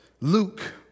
Luke